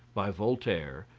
by voltaire.